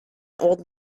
old